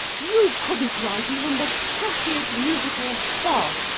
you couldn't write even the trashiest music-hall farce,